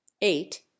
eight